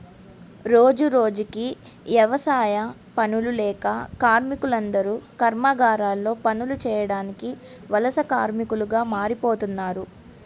రోజురోజుకీ యవసాయ పనులు లేక కార్మికులందరూ కర్మాగారాల్లో పనులు చేయడానికి వలస కార్మికులుగా మారిపోతన్నారు